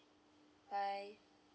bye